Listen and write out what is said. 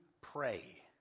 pray